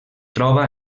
troba